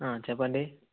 చెప్పండి